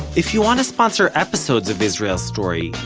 if you want to sponsor episodes of israel story,